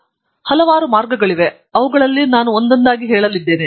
ಆದ್ದರಿಂದ ಆಗಾಗ್ಗೆ ನಾವು ಹಲವಾರು ಮಾರ್ಗಗಳಿವೆ ಮತ್ತು ನಾನು ಅವುಗಳನ್ನು ಒಂದೊಂದಾಗಿ ನೋಡಲಿದ್ದೇನೆ